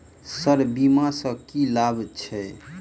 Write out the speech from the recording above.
Sir बीमा सँ की लाभ छैय?